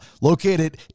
located